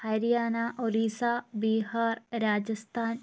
Haryana Orissa Bihar Rajasthan